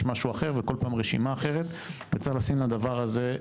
משהו אחר וכל פעם רשימה אחרת וצריך לשים לדבר הזה,